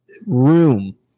room